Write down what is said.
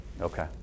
okay